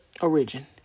origin